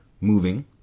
moving